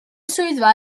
swyddfa